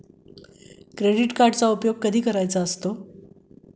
Credit कार्डचा उपयोग कधी करायचा असतो?